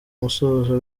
musozo